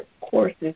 courses